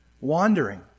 wandering